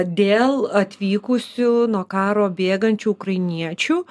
dėl atvykusių nuo karo bėgančių ukrainiečių